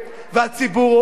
והציבור רואה,